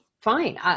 fine